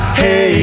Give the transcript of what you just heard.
hey